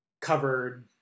covered